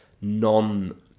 non